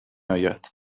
آید